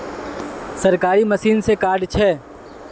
सरकारी मशीन से कार्ड छै?